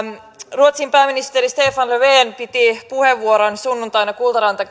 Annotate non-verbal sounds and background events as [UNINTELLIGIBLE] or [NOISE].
ruotsin pääministeri stefan löfven piti puheenvuoron sunnuntaina kultaranta [UNINTELLIGIBLE]